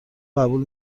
قبول